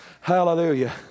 Hallelujah